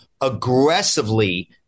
aggressively